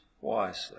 wisely